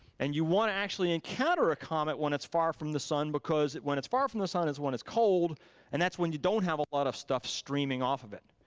and you wanna actually encounter a comet when it's far from the sun because when its far from the sun is when it's cold and that's when you don't have a lot of stuff streaming off of it.